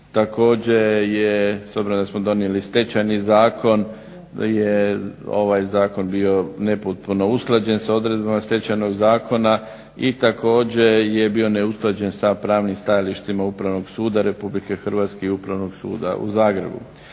Također je s obzirom da smo donijeli Stečajni zakon je ovaj zakon bio nepotpuno usklađen sa odredbama Stečajnog zakona i također je bio neusklađen sa pravnim stajalištima Upravnog suda Republike Hrvatske i Upravnog suda u Zagrebu.